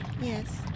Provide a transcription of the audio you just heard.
Yes